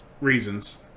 reasons